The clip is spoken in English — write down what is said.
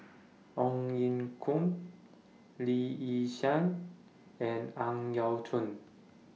Ong Ye Kung Lee Yi Shyan and Ang Yau Choon